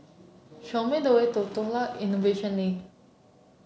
show me the way to Tukang Innovation Lane